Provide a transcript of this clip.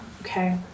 Okay